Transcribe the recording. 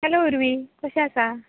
hello Urvi कशें आसा